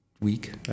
week